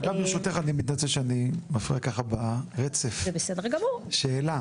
ברשותך אני מתנצל שאני מפריע ככה ברצף, שאלה,